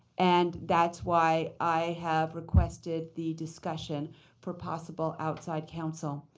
and that's why i have requested the discussion for possible outside counsel.